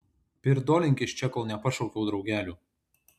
pirdolink iš čia kol nepašaukiau draugelių